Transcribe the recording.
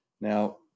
Now